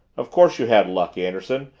of course you had luck, anderson,